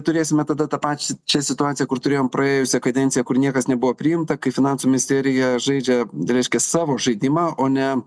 turėsime tada tą pačią situaciją kur turėjom praėjusią kadenciją kur niekas nebuvo priimta kai finansų misterija žaidžia reiškias savo žaidimą o ne